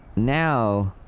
now,